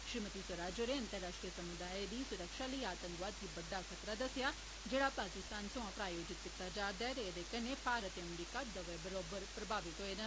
श्रीमति स्वराज होरें अंतर्राष्ट्रीय समुदाय दी सुरक्षा लेई आतंवकाद गी बड्डा खतरा दस्सेआ जेडा पाकिस्तान सोयां प्रायाजित कीता जारदा ऐ ते जेदे कन्नै भारत ते अमरीका दवै बरोवर प्रमावित होए न